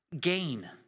gain